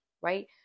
right